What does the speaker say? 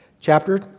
chapter